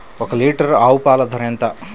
ఒక్క లీటర్ ఆవు పాల ధర ఎంత?